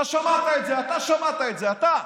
אתה שמעת את זה, אתה שמעת את זה, אתה.